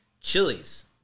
chilies